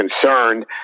concerned